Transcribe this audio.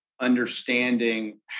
understanding